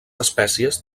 espècies